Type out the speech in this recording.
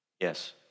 Yes